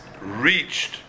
reached